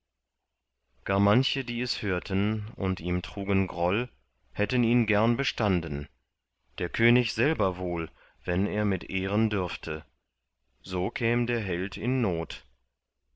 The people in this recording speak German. gar manche die es hörten und ihm trugen groll hätten ihn gern bestanden der könig selber wohl wenn er mit ehren dürfte so käm der held in not